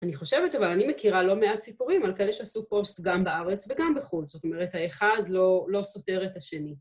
אני חושבת, אבל אני מכירה לא מעט סיפורים על כאלה שעשו פוסט גם בארץ וגם בחוץ. זאת אומרת, האחד לא סותר את השני.